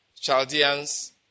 chaldeans